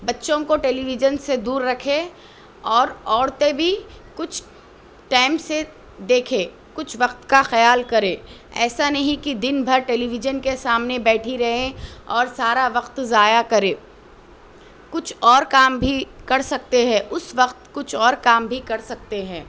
بچوں کو television سے دور رکھے اور عورتیں بھی کچھ ٹائم سے دیکھے کچھ وقت کا خیال کرے ایسا نہیں کہ دن بھر ٹیلی ویژن کے سامنے بیٹھی رہیں اور سارا وقت ضائع کرے کچھ اور کام بھی کر سکتے ہے اس وقت کچھ اور کام بھی کر سکتے ہیں